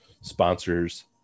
sponsors